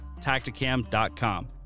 Tacticam.com